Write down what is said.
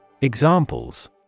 Examples